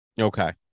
Okay